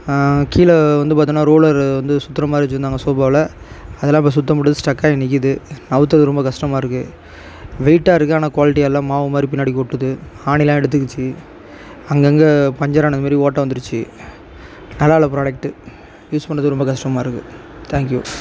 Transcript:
கீழே வந்து பார்த்தோன்னா ரோலர் வந்து சுற்றுற மாதிரி வச்சுருந்தாங்க சோஃபாவில அதெலாம் இப்போ சுற்ற மாட்டுது ஸ்டக் ஆகி நிற்கிது நவுத்துறது ரொம்ப கஷ்டமாகருக்கு வெயிட்டாகருக்கு ஆனால் குவாலிட்டியாக இல்லை மாவு மாதிரி பின்னாடி கொட்டுது ஆணிலாம் எடுத்துக்கிச்சு அங்கங்கே பஞ்சர் ஆனால் மாதிரி ஓட்டை வந்துருச்சு நல்லால்ல ப்ராடக்ட்டு யூஸ் பண்ணுறதுக்கு ரொம்ப கஷ்டமாகருக்கு தேங்க் யூ